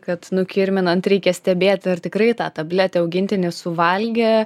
kad nukirminant reikia stebėti ar tikrai tą tabletę augintinis suvalgė